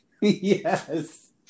yes